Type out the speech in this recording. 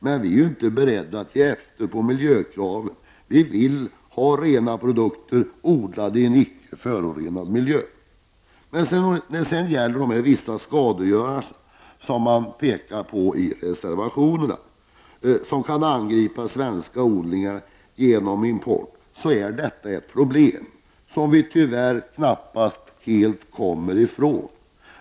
Men vi är inte beredda att ge efter beträffande miljökraven. Vi vill ha rena produkter odlade i en icke förorenad miljö. Att vidare, som man pekar på i reservationerna, vissa skadegörare kan angripa svenska odlingar, i samband med import, är ett problem som vi tyvärr knappast helt kan komma ifrån.